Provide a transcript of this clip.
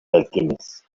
alchemist